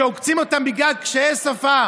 שעוקצים אותם בגלל קשיי שפה.